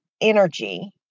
energy